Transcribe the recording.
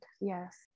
Yes